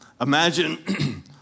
Imagine